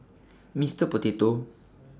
Mister Potato